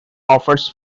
offers